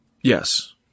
Yes